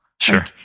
Sure